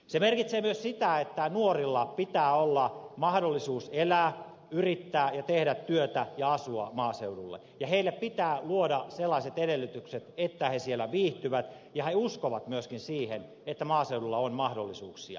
se merkitsee myös sitä että nuorilla pitää olla mahdollisuus elää yrittää ja tehdä työtä ja asua maaseudulla ja heille pitää luoda sellaiset edellytykset että he siellä viihtyvät ja he uskovat myöskin siihen että maaseudulla on mahdollisuuksia